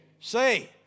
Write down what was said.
Say